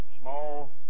Small